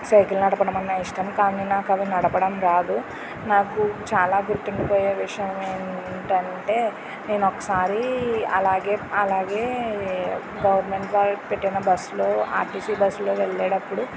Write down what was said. cycle నడపడం అన్నా ఇష్టం కానీ నాకు అది నడపడం రాదు నాకు చాలా గుర్తుండిపోయే విషయం ఏంటంటే నేను ఒకసారి అలాగే అలాగే గవర్నమెంట్ వారు పెట్టిన బస్లో ఆర్టీసీ బస్లో వెళ్ళేటప్పుడు